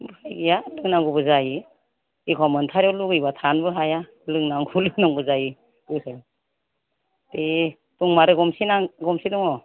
उफाय गैया लोंनांगौबो जायो एखनबा मोनथारिआव लुबैबा थानोबो हाया लोंनांगौ जायो दे दंबालाय गंबेसे दङ